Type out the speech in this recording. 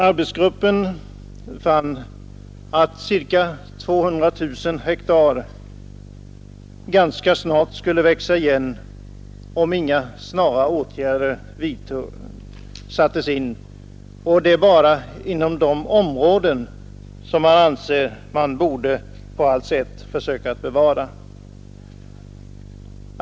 Arbetsgruppen fann att ca 200 000 hektar ganska snart skulle växa igen, om inga snara åtgärder vidtogs, och detta bara inom de områden som man anser att man på allt sätt borde försöka bevara.